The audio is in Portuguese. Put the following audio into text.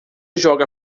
joga